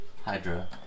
Hydra